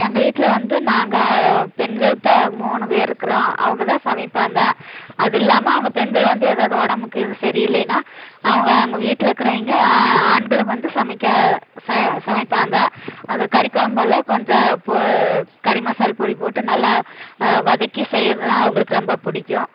எங்கள் வீட்டில் வந்து நாங்கள் பெண்கள் தான் மூணு பேர்ருக்கிறோம் அவங்கள் தான் சமைப்பாங்க அது இல்லாமல் அவங்கள் பெண்கள் வந்து ஏதாவுது உடம்முக்கு இது சரி இல்லேன்னால் அவங்கள் எங்கள் வீட்டில் இருக்கிறவிங்க ஆ ஆண்களும் வந்து சமைக்க சை சமைப்பாங்க அது கறி குழம்பெல்லாம் கொஞ்சம் போ கறி மசால் பொடி போட்டு நல்லா வதக்கி செய்யிறதுனா அவர்களுக்கு ரொம்ப பிடிக்கும்